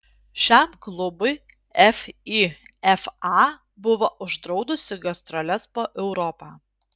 šiam klubui fifa buvo uždraudusi gastroles po europą